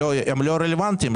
לא רלוונטיים.